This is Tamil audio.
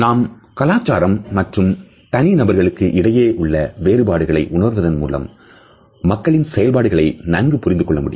நாம் கலாச்சாரம் மற்றும் தனி நபர்களுக்கு இடையே உள்ள வேறுபாடுகளை உணர்வதன் மூலம் மக்களின் செயல்பாடுகளை நன்கு புரிந்துகொள்ள முடியும்